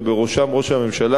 ובראשם ראש הממשלה,